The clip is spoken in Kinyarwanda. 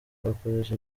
bagakoresha